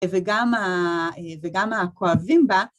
וגם הכואבים בה.